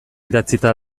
idatzita